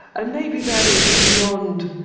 ah maybe that is beyond,